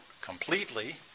completely